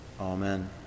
Amen